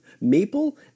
maple